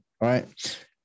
right